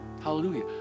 Hallelujah